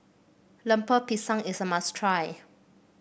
Lemper Pisang is a must try